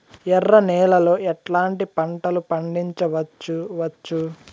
ఎర్ర నేలలో ఎట్లాంటి పంట లు పండించవచ్చు వచ్చు?